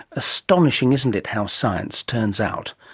astonishing, isn't it, how science turns out.